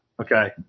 Okay